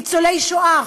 ניצולי השואה,